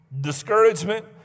discouragement